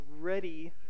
ready